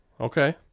Okay